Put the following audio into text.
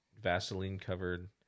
Vaseline-covered